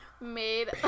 made